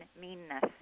meanness